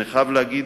אני חייב להגיד